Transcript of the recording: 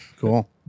Cool